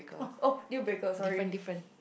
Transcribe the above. oh oh deal breaker sorry